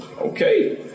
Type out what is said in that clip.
okay